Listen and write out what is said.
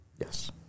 Yes